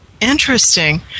Interesting